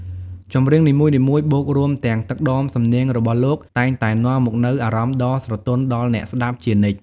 ចម្រៀងនីមួយៗបូករួមទាំងទឹកដមសំនៀងរបស់លោកតែងតែនាំមកនូវអារម្មណ៍ដ៏ស្រទន់ដល់អ្នកស្តាប់ជានិច្ច។